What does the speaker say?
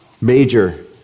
major